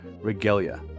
regalia